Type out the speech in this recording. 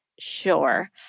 Sure